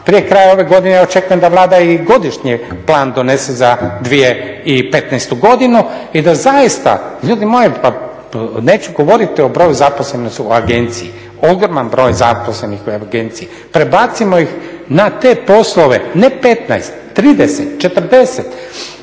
Prije kraja ove godine očekujem da Vlada i godišnji plan donese za 2015. godinu i da zaista, ljudi moji pa neću govoriti o broju zaposlenih u agenciji, ogroman je broj zaposlenih u agenciji, prebacimo ih na te poslove ne 15, 30, 40